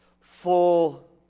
full